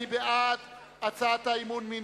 מי בעד הצעת האי-אמון?